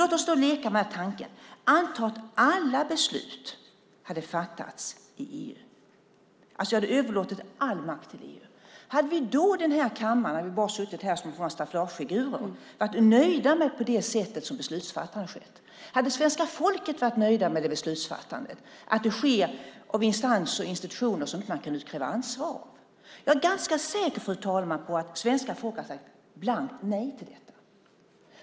Låt oss då leka med tanken att alla beslut hade fattats i EU, att vi hade överlåtit all makt till EU. Hade vi då bara suttit i den här kammaren som någon form av staffagefigurer och varit nöjda med det sätt som beslutsfattandet hade skett på? Hade svenska folket varit nöjt med att beslutsfattandet skötts av instanser och institutioner som man inte kan utkräva ansvar av? Jag är ganska säker på, fru talman, att svenska folket hade sagt blankt nej till detta.